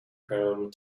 chrome